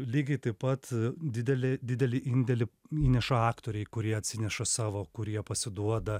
lygiai taip pat didelį didelį indėlį įneša aktoriai kurie atsineša savo kurie pasiduoda